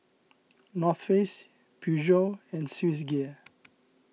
North Face Peugeot and Swissgear